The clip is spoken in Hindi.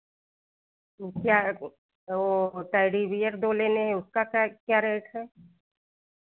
क्या वो टेडी बियर दो लेने हैं उसका क्या क्या रेट है